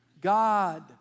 God